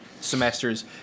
semesters